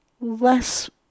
less